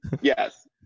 yes